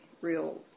real